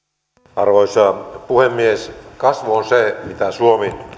arvoisa puhemies kasvu on se mitä suomi